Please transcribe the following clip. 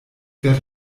werde